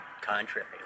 contrary